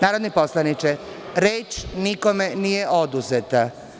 Narodni poslaniče, reč nikome nije oduzeta.